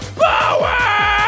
power